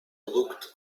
looked